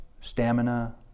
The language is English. stamina